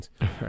Right